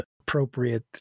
appropriate